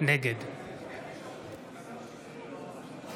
נגד לימור סון הר מלך,